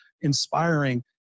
inspiring